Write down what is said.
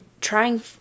trying